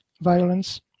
violence